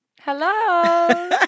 Hello